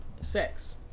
Sex